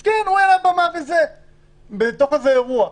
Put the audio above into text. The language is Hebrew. מסכן, הוא היה על הבמה בתוך איזה אירוע.